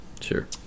sure